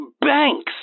Banks